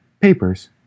Papers